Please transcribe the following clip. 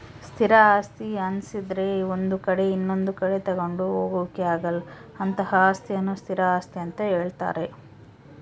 ಸ್ಥಿರ ಆಸ್ತಿ ಅನ್ನಿಸದ್ರೆ ಒಂದು ಕಡೆ ಇನೊಂದು ಕಡೆ ತಗೊಂಡು ಹೋಗೋಕೆ ಆಗಲ್ಲ ಅಂತಹ ಅಸ್ತಿಯನ್ನು ಸ್ಥಿರ ಆಸ್ತಿ ಅಂತ ಹೇಳ್ತಾರೆ